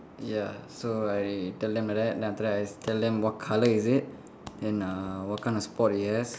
ya so I tell them like that then after that I tell them what color is it then uh what kind of spot it has